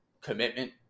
commitment